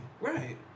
right